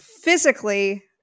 physically